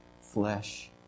flesh